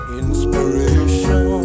inspiration